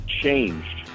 changed